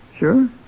Sure